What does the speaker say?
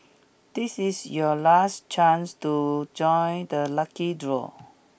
this is your last chance to join the lucky draw